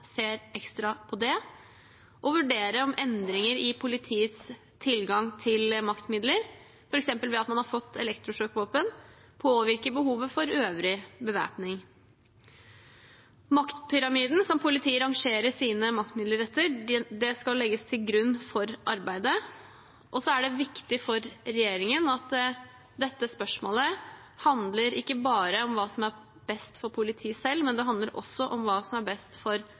ser ekstra på det – og vurdere om endringer i politiets tilgang til maktmidler, f.eks. ved at man har fått elektrosjokkvåpen, påvirker behovet for øvrig bevæpning. Maktpyramiden som politiet rangerer sine maktmidler etter, skal legges til grunn for arbeidet. Så er det viktig for regjeringen at dette spørsmålet ikke bare handler om hva som er best for politiet selv, men det handler også om hva som er best for